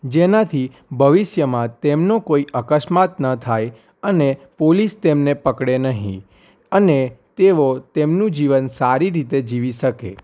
જેનાથી ભવિષ્યમાં તેમનો કોઈ અકસ્માત ન થાય અને પોલીસ તેમને પકડે નહીં અને તેઓ તેમનું જીવન સારી રીતે જીવી શકે